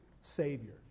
Savior